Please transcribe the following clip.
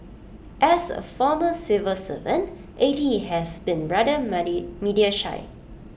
as A former civil servant A T has been rather money media shy